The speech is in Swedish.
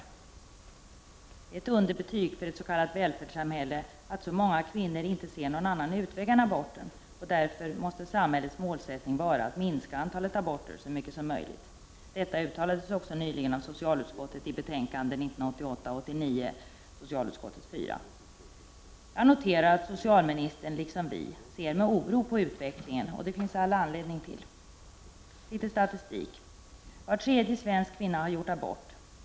Det är ett underbetyg för ett s.k. välfärdssamhälle att så många kvinnor inte ser någon annan utväg än aborten. Därför måste samhällets målsättning vara att minska antalet aborter så mycket som möjligt. Detta uttalades också nyligen av socialutskottet i betänkande 1988/89:SoU4. Jag noterar att socialministern, liksom vi, ser med oro på utvecklingen, och det finns det all anledning till. Litet statistik: Var tredje svensk kvinna har gjort abort.